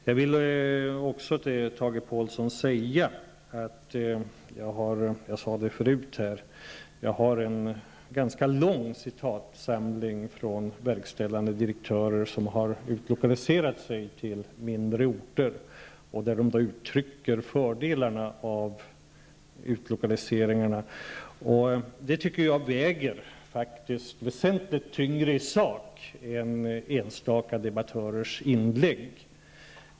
Jag vill också säga till Tage Påhlsson, och jag sade det förut, att jag har en ganska lång citatsamling från verkställande direktörer som har utlokaliserat sig till mindre orter. Där uttrycker de fördelarna av utlokaliseringarna. Jag tycker att det väger väsentligt tyngre i sak än enstaka debattörers inlägg.